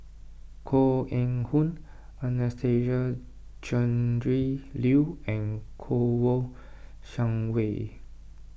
Koh Eng Hoon Anastasia Tjendri Liew and Kouo Shang Wei